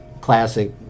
classic